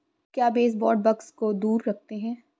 क्या baseboard bugs को दूर रखते हैं?